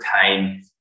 time